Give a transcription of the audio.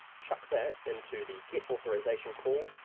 chuck that into the get authorization call,